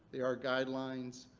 they are guidelines,